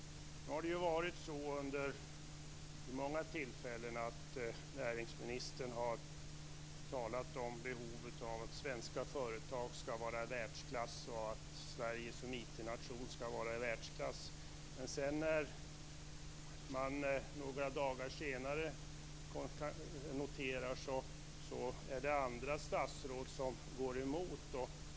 Vid många tillfällen har näringsministern talat om behovet av att svenska företag skall vara i världsklass och att Sverige som IT-nation skall vara i världsklass. Några dagar senare har man kunnat notera att andra statsråd har gått emot detta.